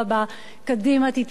קדימה תתפצל.